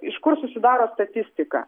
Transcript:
iš kur susidaro statistika